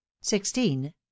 sixteen